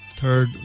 third